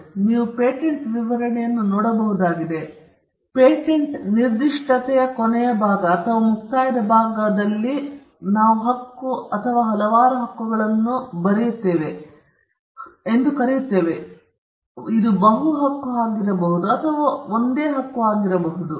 ಆದ್ದರಿಂದ ನೀವು ಪೇಟೆಂಟ್ ವಿವರಣೆಯನ್ನು ನೋಡಬಹುದಾಗಿದೆ ಮತ್ತು ಪೇಟೆಂಟ್ ನಿರ್ದಿಷ್ಟತೆಯ ಕೊನೆಯ ಭಾಗ ಅಥವಾ ಮುಕ್ತಾಯದ ಭಾಗವು ನಾವು ಹಕ್ಕು ಅಥವಾ ಹಲವಾರು ಹಕ್ಕುಗಳನ್ನು ಕರೆಯುತ್ತೇವೆ ಇದು ಬಹು ಹಕ್ಕುಗಳು ಆಗಿರಬಹುದು ಅಥವಾ ಅದು ಒಂದೇ ಹಕ್ಕು ಆಗಿರಬಹುದು